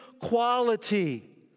quality